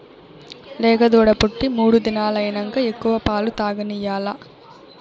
లేగదూడ పుట్టి మూడు దినాలైనంక ఎక్కువ పాలు తాగనియాల్ల